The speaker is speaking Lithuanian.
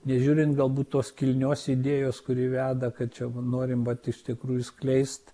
nežiūrint galbūt tos kilnios idėjos kuri veda kad čia norim vat iš tikrųjų skleist